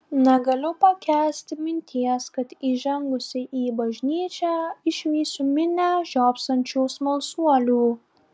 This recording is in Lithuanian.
negaliu pakęsti minties kad įžengusi į bažnyčią išvysiu minią žiopsančių smalsuolių